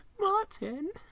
martin